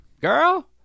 girl